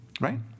Right